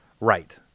right